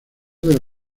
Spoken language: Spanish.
del